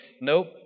nope